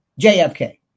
JFK